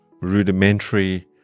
rudimentary